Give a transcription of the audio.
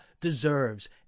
deserves